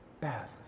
bad